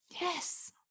yes